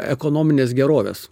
ekonominės gerovės